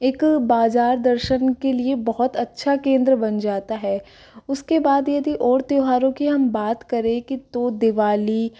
एक बाज़ार दर्शन के लिए बहुत अच्छा केंद्र बन जाता है उसके बाद यदि और त्योहारों की हम बात करें कि तो दिवाली